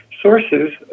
sources